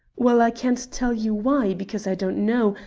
well i can't tell you why, because i don't know,